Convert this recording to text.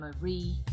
Marie